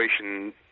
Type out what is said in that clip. situation